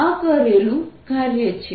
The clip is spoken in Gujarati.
આ કરેલું કાર્ય છે